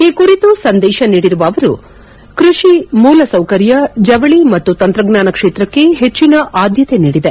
ಈ ಕುರಿತು ಸಂದೇಶ ನೀಡಿರುವ ಅವರು ಕೃಷಿ ಮೂಲ ಸೌಕರ್ಯ ಜವಳಿ ಮತ್ತು ತಂತ್ರಜ್ಞಾನ ಕ್ಷೇತ್ರಕ್ಕೆ ಹೆಚ್ಚಿನ ಆದ್ಯತೆ ನೀಡಿದೆ